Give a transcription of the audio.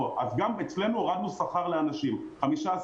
אצלנו הורדנו שכר לאנשים, 15%,